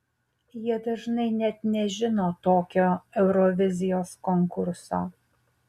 jie dažnai net nežino tokio eurovizijos konkurso